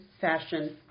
fashion